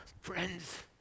friends